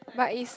but if